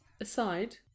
Aside